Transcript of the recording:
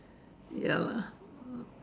ya lah mm